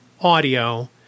audio